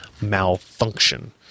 malfunction